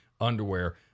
underwear